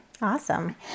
Awesome